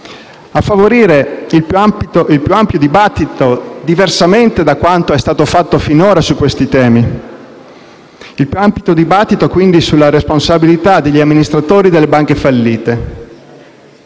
a favorire il più ampio dibattito - diversamente da quanto è stato fatto finora - su questi temi, anche al fine di definire una normativa sulla responsabilità degli amministratori delle banche fallite;